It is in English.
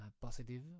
positive